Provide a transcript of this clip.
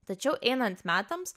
tačiau einant metams